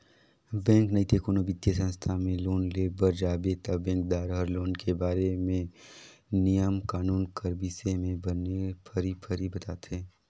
bank नइते कोनो बित्तीय संस्था में लोन लेय बर जाबे ता बेंकदार हर लोन के बारे म नियम कानून कर बिसे में बने फरी फरी बताथे